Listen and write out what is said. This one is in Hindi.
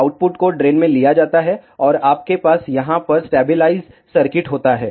आउटपुट को ड्रेन में लिया जाता है और आपके पास यहां पर स्टैबिलाइज सर्किट होता है